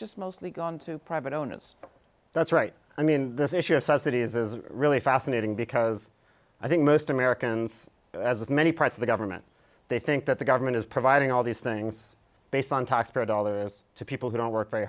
just mostly gone to private owners that's right i mean this issue of subsidies is really fascinating because i think most americans as with many parts of the government they think that the government is providing all these things based on taxpayer dollars to people who don't work very